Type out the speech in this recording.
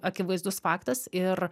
akivaizdus faktas ir